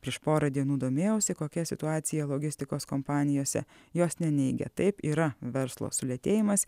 prieš porą dienų domėjausi kokia situacija logistikos kompanijose jos neneigia taip yra verslo sulėtėjimas